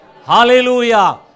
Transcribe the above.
Hallelujah